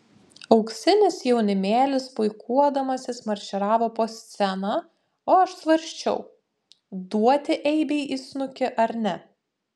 auksinis jaunimėlis puikuodamasis marširavo po sceną o aš svarsčiau duoti eibei į snukį ar ne